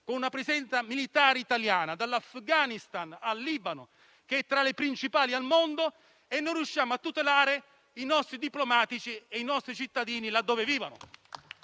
con una presenza militare italiana - dall'Afghanistan al Libano - tra le principali al mondo, e non riusciamo a tutelare i nostri diplomatici e i nostri cittadini là dove vivono.